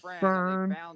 Burn